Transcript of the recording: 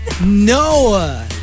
Noah